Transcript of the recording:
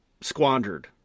squandered